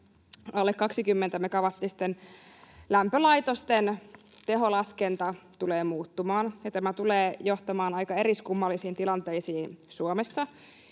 alle 20-megawattisten lämpölaitosten teholaskenta tulee muuttumaan. Tämä tulee johtamaan aika eriskummallisiin tilanteisiin Suomessa